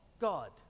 God